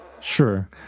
Sure